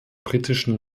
britischen